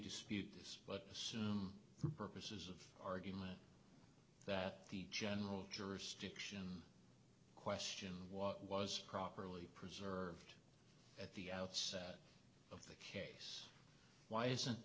dispute this but some groups of argument that the general jurisdiction question what was properly preserved at the outset of the case why isn't